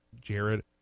Jared